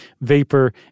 vapor